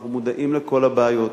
אנחנו מודעים לכל הבעיות.